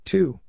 Two